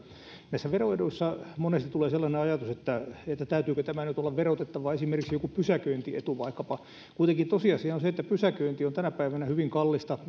näissä veroeduissa monesti tulee sellainen ajatus että täytyykö tämä nyt olla verotettavaa esimerkiksi joku pysäköintietu vaikkapa kuitenkin tosiasia on se että pysäköinti on tänä päivänä hyvin kallista